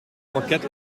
parket